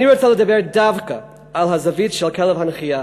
אני רוצה לדבר דווקא על הזווית של כלב הנחייה